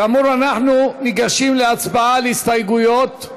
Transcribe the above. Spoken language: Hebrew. כאמור, אנחנו ניגשים להצבעה על ההסתייגויות,